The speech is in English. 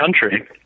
country